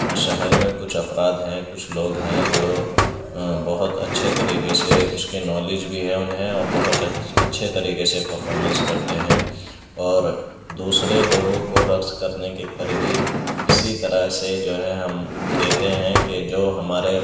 شہر میں کچھ افراد ہیں کچھ لوگ ہیں جو بہت اچھے طریقے سے اس کی نالج بھی ہے انہیں اور بہت اچھے طریقے سے پرفارمنس کرتے ہیں اور دوسرے لوگوں کو رقص کرنے کی ترغیب اسی طرح سے جو ہے ہم دیتے ہیں کہ جو ہمارے